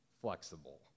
flexible